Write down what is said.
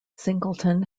singleton